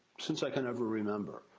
since i can ever remember,